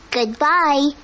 Goodbye